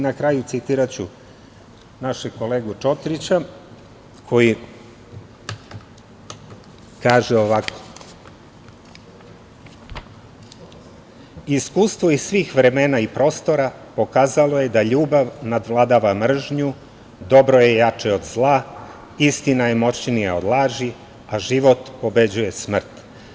Na kraju, citiraću našeg kolegu Čotrića, koji kaže ovako: „Iskustvo iz svih vremena i prostora pokazalo je da ljubav nadvladava mržnju, dobro je jače od zla, istina je moćnija od laži, a život pobeđuje smrt.